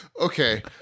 Okay